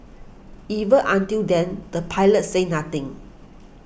even until then the pilots said nothing